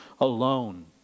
alone